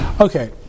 Okay